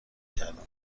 کردن